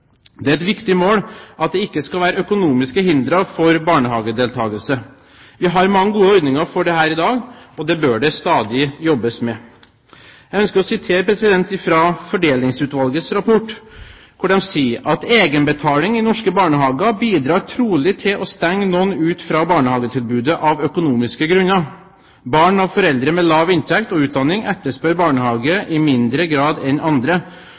Det er et viktig mål at det ikke skal være økonomiske hindre for barnehagedeltakelse. Vi har mange gode ordninger for dette i dag, og det bør det stadig jobbes med. Jeg ønsker å sitere fra Fordelingsutvalgets rapport, hvor de sier: «Egenbetalingen i norske barnehager bidrar trolig til å stenge noen ute fra barnehagetilbudet av økonomiske grunner. Barn av foreldre med lav inntekt og utdanning etterspør barnhage i mindre grad enn andre,